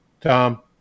Tom